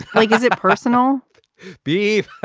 like, is it personal beef?